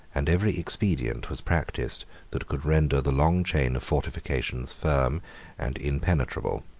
and every expedient was practised that could render the long chain of fortifications firm and impenetrable.